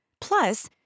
Plus